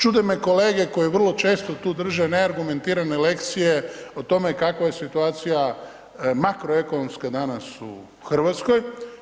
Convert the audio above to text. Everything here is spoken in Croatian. Čude me kolege koji vrlo često tu drže neargumentirane lekcije o tome kakva je situacija makroekonomska danas u Hrvatskoj.